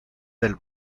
del